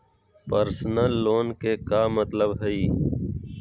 Personal loan के का मतलब हई?